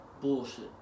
bullshit